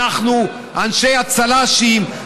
אנחנו אנשי הצל"שים,